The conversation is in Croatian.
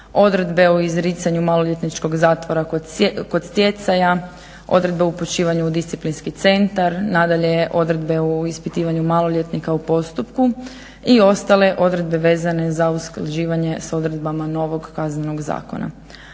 odredbe o izricanju maloljetničkog zatvora kod stjecaja, odredba o upućivanju u disciplinski centar, nadalje odredbe o ispitivanju maloljetnika u postupku i ostale odredbe vezane za usklađivanje s odredbama novog KZ-a.